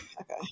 Okay